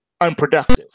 unproductive